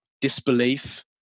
disbelief